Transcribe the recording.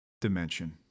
dimension